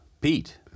Pete